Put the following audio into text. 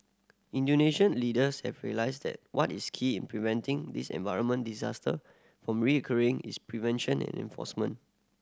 Indonesian leaders have realised that what is key in preventing this environment disaster from recurring is prevention and enforcement